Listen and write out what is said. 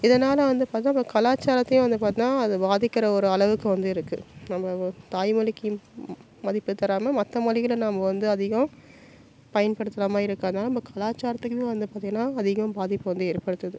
இதனால் வந்து பார்த்தா நம்ம கலாச்சாரத்தையே வந்து பாத்தோம்னா அது பாதிக்கிற ஒரு அளவுக்கு வந்து இருக்குது நம்ம தாய்மொழிக்கு மதிப்பு தராமல் மற்ற மொழிகள நாம் வந்து அதிகம் பயன்படுத்துகிற மாதிரி இருக்கிறதுனால நம்ம கலாச்சாரத்துக்குமே வந்து பார்த்திங்கனா அதிகம் பாதிப்பு வந்து ஏற்படுத்துது